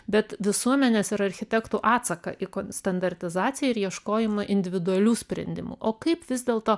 bet visuomenės ir architektų atsaką į standartizaciją ir ieškojimą individualių sprendimų o kaip vis dėlto